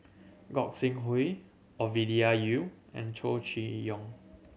Gog Sing Hooi Ovidia Yu and Chow Chee Yong